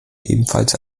ebenfalls